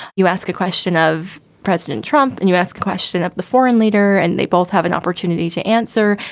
you ask a question of president trump and you ask question of the foreign leader. and they both have an opportunity to answer.